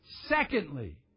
Secondly